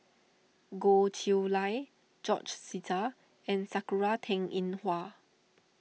Goh Chiew Lye George Sita and Sakura Teng Ying Hua